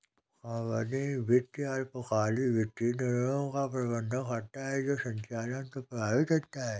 company वित्त अल्पकालिक वित्तीय निर्णयों का प्रबंधन करता है जो संचालन को प्रभावित करता है